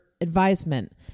advisement